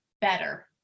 better